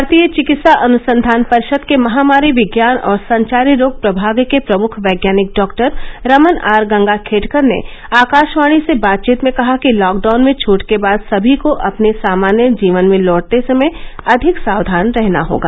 भारतीय चिकित्सा अनुसंधान परिषद के महामारी विज्ञान और संचारी रोग प्रभाग के प्रमुख वैज्ञानिक डॉक्टर रमन आर गंगाखेडकर ने आकाशवाणी से बातचीत में कहा कि लॉकडाउन में छूट के बाद सभी को अपने सामान्य जीवन में लौटते समय अधिक सावधान रहना होगा